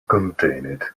contained